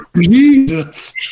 Jesus